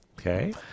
Okay